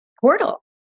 portal